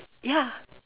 ya